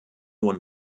one